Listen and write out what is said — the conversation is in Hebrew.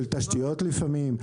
של תשתיות לפעמים,